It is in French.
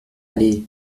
allée